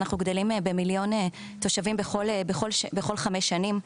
אנחנו גדלים במיליון תושבים בכל חמש שנים,